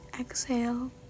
Exhale